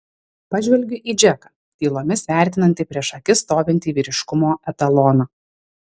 pažvelgiu į džeką tylomis vertinantį prieš akis stovintį vyriškumo etaloną